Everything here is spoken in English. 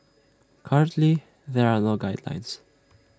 currently there are no guidelines